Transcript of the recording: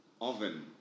oven